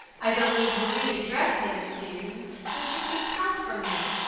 i don't need marie to dress me this season, so she keeps house for me,